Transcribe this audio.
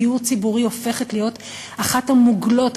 דיור ציבורי הופכת להיות אחת המוגלות,